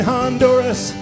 Honduras